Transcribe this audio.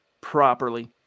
properly